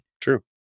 true